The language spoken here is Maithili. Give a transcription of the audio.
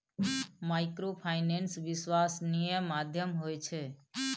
माइक्रोफाइनेंस विश्वासनीय माध्यम होय छै?